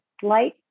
slight